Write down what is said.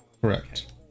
Correct